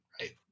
right